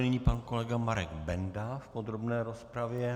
Nyní pan kolega Marek Benda v podrobné rozpravě.